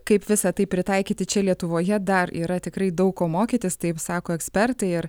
kaip visa tai pritaikyti čia lietuvoje dar yra tikrai daug ko mokytis taip sako ekspertai ir